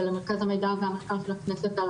ולמרכז המידע והמחקר של הכנסת,